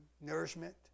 nourishment